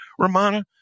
Ramana